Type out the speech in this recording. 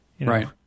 right